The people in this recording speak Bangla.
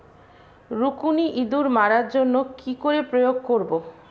রুকুনি ইঁদুর মারার জন্য কি করে প্রয়োগ করব?